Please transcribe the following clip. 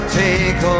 take